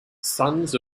sons